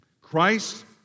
Christ